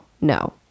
no